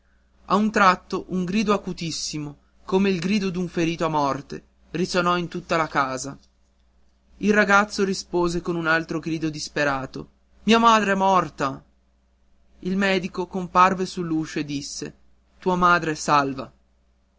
a tremare a un tratto un grido acutissimo come il grido d'un ferito a morte risonò in tutta la casa il ragazzo rispose con un altro grido disperato mia madre è morta il medico comparve sull'uscio e disse tua madre è salva